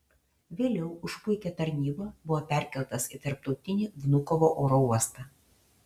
vėliau už puikią tarnybą buvo perkeltas į tarptautinį vnukovo oro uostą